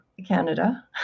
Canada